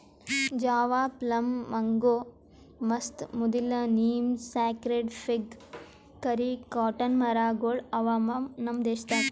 Java plum, mango, mast, ಮುದಿಲ್ಲ, neem, sacred fig, curry, cotton ಮರ ಗೊಳ್ ಅವಾ ನಮ್ ದೇಶದಾಗ್